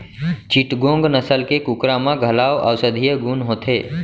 चिटगोंग नसल के कुकरा म घलौ औसधीय गुन होथे